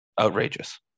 outrageous